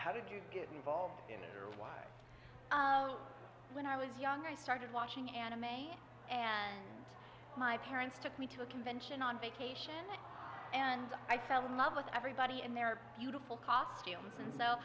how did you get involved in it or why when i was younger i started watching anime and my parents took me to a convention on vacation and i fell in love with everybody and their beautiful costumes